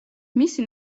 მისი